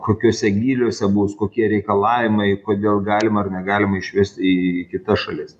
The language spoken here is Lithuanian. kokiuose gyliuose bus kokie reikalavimai kodėl galima ar negalima išvesti į kitas šalis